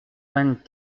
vingt